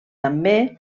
també